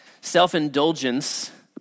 Self-indulgence